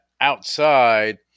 outside